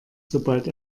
sobald